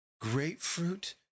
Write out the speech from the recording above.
grapefruit